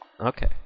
okay